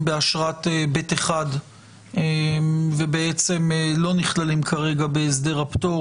באשרת ב1 ולא נכללים כרגע בהסדר הפטור,